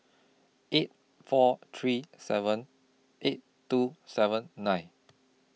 eight four three seven eight two seven nine